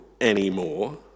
anymore